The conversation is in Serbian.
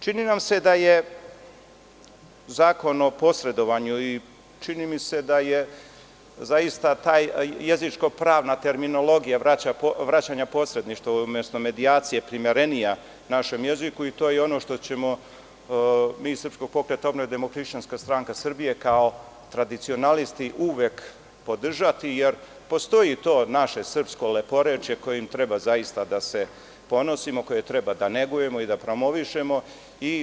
Čini nam se da je Zakon o posredovanju i čini mi se da je zaista ta jezičko-pravna terminologija vraćanja posredništva umesto medijacije primerenija našem jeziku i to je ono što ćemo mi iz SPO i DHSS kao tradicionalisti uvek podržati, jer postoji to naše srpsko leporečje kojim treba zaista da se ponosimo, koje treba da negujemo, da promovišemo.